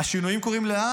השינויים קורים לאט,